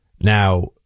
Now